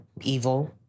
evil